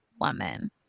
woman